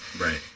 Right